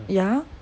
ya